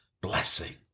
blessing